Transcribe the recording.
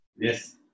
Yes